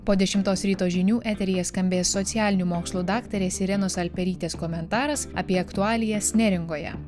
po dešimtos ryto žinių eteryje skambės socialinių mokslų daktarės irenos alperytės komentaras apie aktualijas neringoje